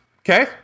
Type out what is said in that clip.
Okay